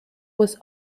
was